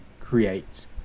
create